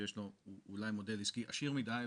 שיש לו אולי מודל עסקי עשיר מדי,